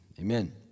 amen